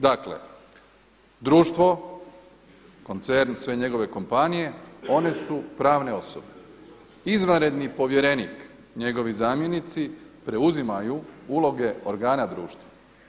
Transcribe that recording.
Dakle, društvo koncern, sve njegove kompanije one su pravne osobe, izvanredni povjerenik, njegovi zamjenici preuzimaju uloge organa društva.